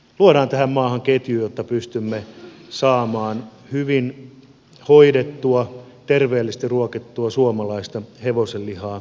luodaan tähän maahan ketju jotta pystymme saamaan hyvin hoidetun terveellisesti ruokitun suomalaisen hevosenlihaa ihmisille käyttöön